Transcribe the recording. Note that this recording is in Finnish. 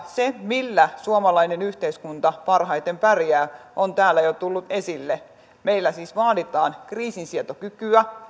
se millä suomalainen yhteiskunta parhaiten pärjää on täällä jo tullut esille meiltä siis vaaditaan kriisinsietokykyä